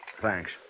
Thanks